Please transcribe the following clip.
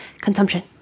consumption